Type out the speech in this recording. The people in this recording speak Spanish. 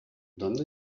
donde